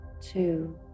two